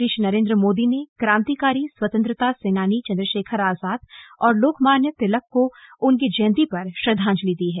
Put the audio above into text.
प्रधानमंत्री श्री नरेन्द्र मोदी ने क्रांतिकारी स्वपतंत्रता सेनानी चन्द्रशेखर आजाद और लोकमान्यन तिलक को उनकी जयंती पर श्रद्धांजलि दी है